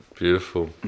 beautiful